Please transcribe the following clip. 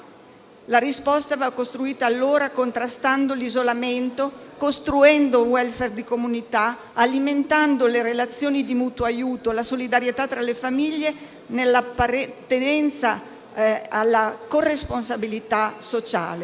La risposta va costruita, allora, contrastando l'isolamento, costruendo *welfare* di comunità, alimentando le relazioni di mutuo aiuto, la solidarietà tra le famiglie nell'appartenenza alla corresponsabilità sociale.